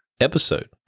episode